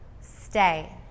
Stay